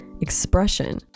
expression